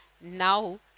Now